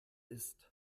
ist